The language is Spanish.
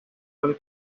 del